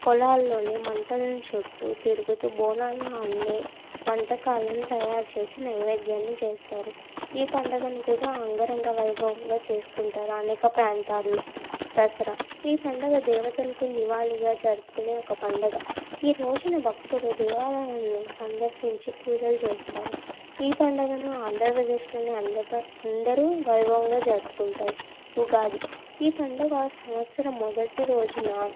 పొలాల్లోని మంటలను చుట్టూ తిరుగుతూ బోనాలు అన్ని వంటకాలను తయారుచేసి నైవేద్యాన్ని చేస్తారు ఈ పండుగను కూడా అంగరంగ వైభవంగా చేసుకుంటారు అనేక ప్రాంతాల్లో దసరా ఈ పండుగ దేవతలకు నివాళిగా జరుపుకునే ఒక పండుగ ఈరోజున భక్తులు దేవాలయాలను సందర్శించి పూజలు చేస్తారు ఈ పండుగను ఆంధ్రప్రదేశ్లోని అందుబా అందరూ వైభవంగా జరుపుకుంటారు ఉగాది ఈ పండుగ సంవత్సరం మొదటి రోజున